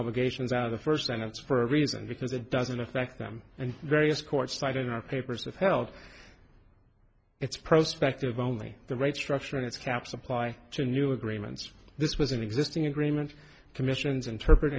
obligations out of the first sentence for a reason because it doesn't affect them and various courts cited in our papers have held its prospect of only the right structure and its caps apply to new agreements this was an existing agreement commissions interpret